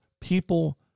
people